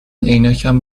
عینکم